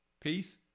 peace